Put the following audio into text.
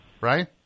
Right